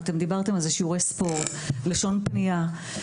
שיעורי ספורט ולשון פנייה.